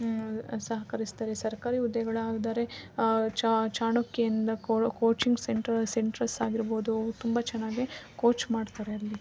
ಸಹಕರಿಸ್ತಾರೆ ಸರ್ಕಾರಿ ಹುದ್ದೆಗಳು ಆದರೆ ಚಾಣಕ್ಯಯಿಂದ ಕೋಚಿಂಗ್ ಸೆಂಟರ್ ಸೆಂಟ್ರಸ್ ಆಗಿರ್ಬೋದು ತುಂಬ ಚೆನ್ನಾಗಿ ಕೋಚ್ ಮಾಡ್ತಾರೆ ಅಲ್ಲಿ